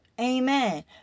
Amen